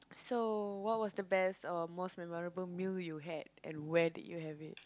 so what was the best or most memorable meal you had and where did you have it